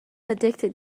addicted